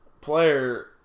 player